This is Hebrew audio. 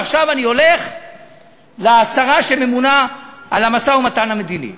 ועכשיו אני הולך לשרה שממונה על המשא-ומתן המדיני.